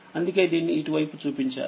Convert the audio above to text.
అందుకే దీన్ని ఇటువైపు చూపించారు